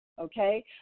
okay